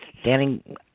standing